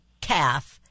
calf